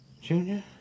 Junior